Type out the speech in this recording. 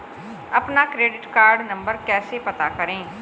अपना credit card number कैसे पता करें?